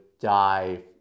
die